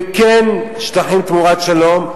וכן שטחים תמורת שלום,